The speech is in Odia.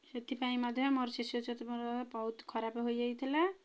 ସେଥିପାଇଁ ମଧ୍ୟ ମୋର ସିଚୁଏଶନ୍ ବହୁତ ଖରାପ ହୋଇଯାଇଥିଲା